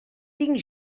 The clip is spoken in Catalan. tinc